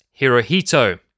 Hirohito